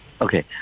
Okay